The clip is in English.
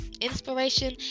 inspiration